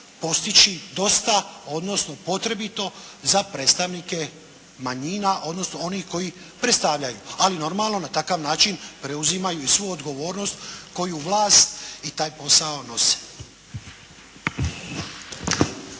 postići dosta odnosno potrebito za predstavnike manjina odnosno onih koji predstavljaju. Ali normalno na takav način preuzimaju i svu odgovornost koju vlast i taj posao nose.